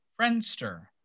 Friendster